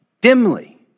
dimly